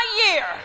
year